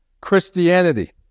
Christianity